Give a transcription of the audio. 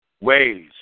ways